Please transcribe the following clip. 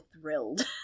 thrilled